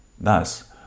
Thus